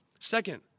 Second